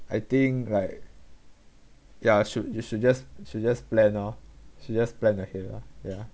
I think like ya should you should just should just plan lor should just plan ahead lah ya